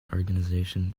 organization